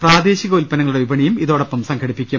പ്രാദേശിക ഉത്പന്നങ്ങളുടെ വിപണിയും ഇതോടൊപ്പം സംഘടിപ്പിക്കും